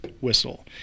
whistle